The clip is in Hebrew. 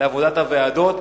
לעבודת הוועדות,